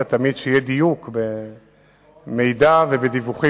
3. מי מפקח על ביצוע ההחלטה?